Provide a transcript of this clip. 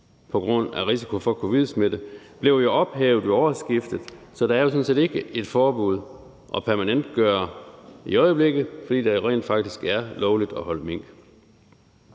på grund af risiko for covid-smitte blev jo ophævet ved årsskiftet, så der er sådan set ikke et forbud at permanentgøre i øjeblikket, fordi det rent faktisk er lovligt at holde mink.